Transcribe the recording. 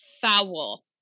foul